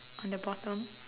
on the bottom